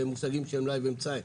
במושגים של מלאי ואמצעים.